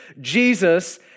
Jesus